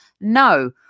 no